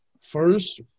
First